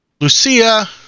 Lucia